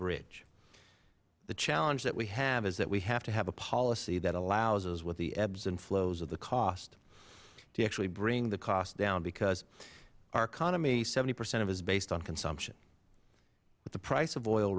bridge the challenge that we have is that we have to have a policy that allows us with the ebbs and flows of the cost to actually bring the cost down because our economy seventy percent is based on consumption with the price of oil